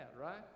right